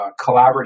collaborative